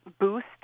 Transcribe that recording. boost